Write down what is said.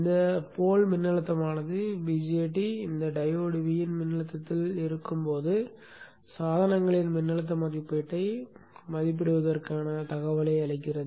இந்த போல் மின்னழுத்தமானது BJT இந்த டையோடு Vin மின்னழுத்தத்தில் இருக்கும்போது சாதனங்களின் மின்னழுத்த மதிப்பீட்டை மதிப்பிடுவதற்கான தகவலை அளிக்கிறது